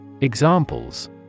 Examples